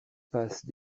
passes